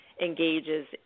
engages